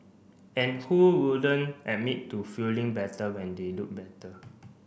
and who wouldn't admit to feeling better when they look better